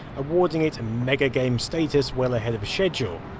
awarding it mega game status well ahead of schedule.